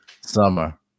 summer